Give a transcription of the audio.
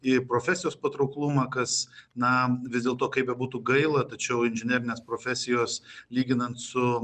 į profesijos patrauklumą kas na vis dėlto kaip bebūtų gaila tačiau inžinerinės profesijos lyginant su